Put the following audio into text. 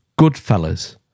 Goodfellas